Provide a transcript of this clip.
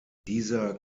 dieser